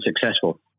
successful